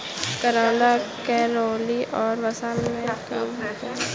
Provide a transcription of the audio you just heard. करौंदा कैलोरी और वसा में कम होते हैं